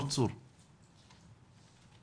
שחשפת את הפרשה ברמלה ונרצה לשמוע ממך